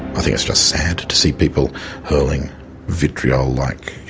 i think it's just sad to see people hurling vitriol like,